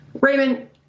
Raymond